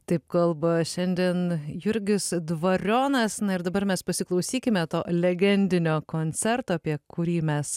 taip kalba šiandien jurgis dvarionas na ir dabar mes pasiklausykime to legendinio koncerto apie kurį mes